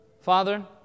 Father